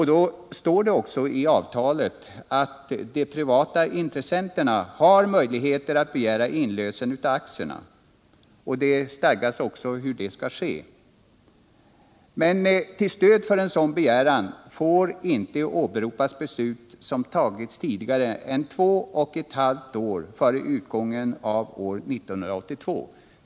Det står också i avtalet att de privata intressenterna har möjligheter att begära inlösen av aktierna. Det stadgas också hur detta skall ske. Men till stöd för en sådan begäran får inte åberopas beslut som fattats tidigare än två och ett halvt år före utgången av år 1982.